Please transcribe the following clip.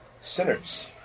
sinners